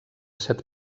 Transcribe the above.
set